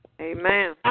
Amen